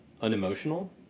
unemotional